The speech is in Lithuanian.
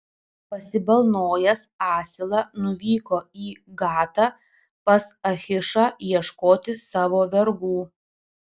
pasibalnojęs asilą nuvyko į gatą pas achišą ieškoti savo vergų